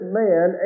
man